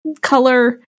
color